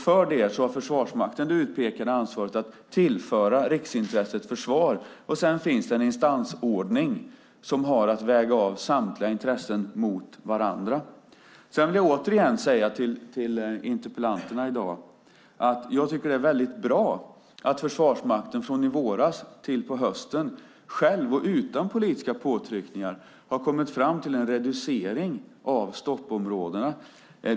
För det har Försvarsmakten det utpekade ansvaret att tillföra riksintresset försvar, och sedan finns det en instansordning som har att väga av samtliga intressen mot varandra. Sedan vill jag återigen säga till interpellanten och meddebattörerna att jag tycker att det är väldigt bra att Försvarsmakten från i våras till på hösten själv och utan politiska påtryckningar har kommit fram till en reducering av stoppområdena.